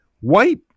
White